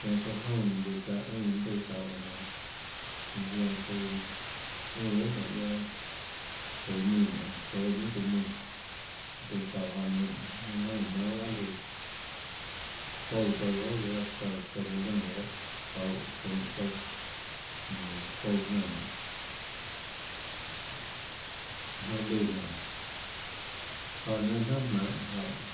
Zianã tsouã joúnã lùã taã eínã mønâ tøâ çauhå jáhã nénâ ñanã zianã tsouã eínã guiohà nonê guiaâ tøå mùnã nonê tsóâ niunà taã mùnã mønâ tøhê çuahå jáhã nonê iã jonã laùhå jønè maønhå paâ lùã çouã tsouã guiohà guiaâ taãtaã reã lùnã dehâ çauhå çounhå tsouã ñanã çouã jniánã noê iã jonã lùã nénâ jáhã nénâ jnánhà jmaønhå jáhã zainâ nénâ jnánhàmaønhå ñanã çuaâ naunà ñénâ jnánhàmaønhå ñanã guiahå nénâ tahà jmaønhå tsøã çíã juhà nénâ láhå jønê jáhã nénâ lùã lùã